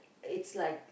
it's like